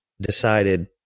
decided